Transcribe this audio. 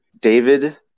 David